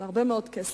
זה הרבה מאוד כסף.